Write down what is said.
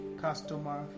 customer